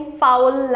foul